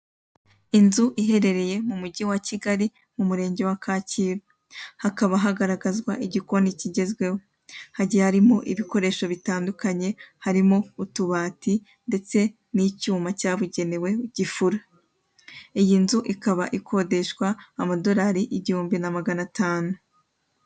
Inzu iherereye mu mujyi wa Kigali mu murenge wa Kacyiru hakaba hagaragazwe igikoni kigezweho. Hagiye harimo ibikoresho bitandukanye, harimo utubati ndetse n'icyuma cyabugenewe gifura. Iyi nzu ikaba ikodeshwa amadolari igihumbi na magana atanu.